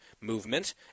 movement